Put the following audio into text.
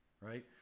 right